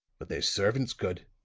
but their servants could.